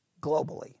globally